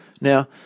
Now